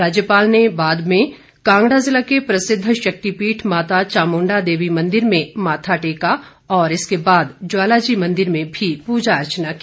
राज्यपाल ने बाद में कांगड़ा जिला के प्रसिद्ध शक्तिपीठ माता चामुंडा देवी मंदिर में माथा टेका और इसके बाद ज्वालाजी मंदिर में भी पूजा अर्चना की